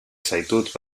zaitut